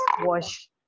wash